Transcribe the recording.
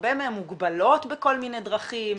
הרבה מהן מוגבלות בכל מיני דרכים,